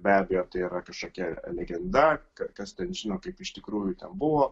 be abejo tai yra kažkokia legenda kad kas ten žino kaip iš tikrųjų tebuvo